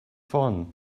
ffôn